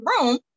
room